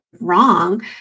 wrong